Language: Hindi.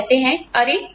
और कहते हैं अरे